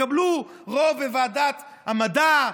תקבלו רוב בוועדת המדע,